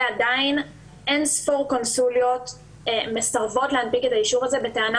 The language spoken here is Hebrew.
ועדיין אין ספור קונסוליות מסרבות להנפיק את האישור הזה בטענה